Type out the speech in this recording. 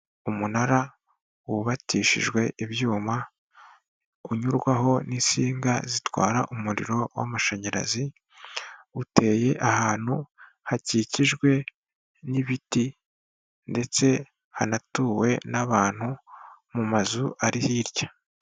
Umunara wubakishijwe ibyuma, unyurwaho n'insinga zitwara umuriro w'amashanyarazi, uteye ahantu hakikijwe n'ibiti, ndetse hanatuwe n'abantu mu mazu ari hirya.